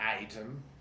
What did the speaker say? item